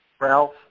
Ralph